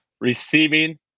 Receiving